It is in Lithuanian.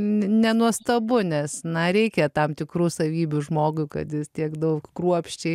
nenuostabu nes na reikia tam tikrų savybių žmogui kad jis tiek daug kruopščiai